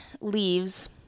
leaves